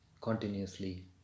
continuously